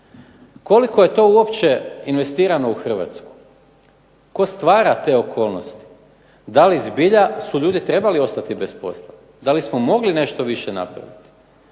Koliko je to uopće investirano u Hrvatsku? Tko stvara te okolnosti? Da li zbilja ljudi su trebali ostati bez posla? Da li smo mogli nešto više napraviti?